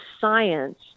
science